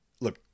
Look